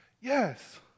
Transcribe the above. Yes